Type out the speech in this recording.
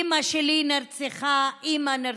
אימא שלי נרצחה, אימא נרצחה.